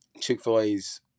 chick-fil-a's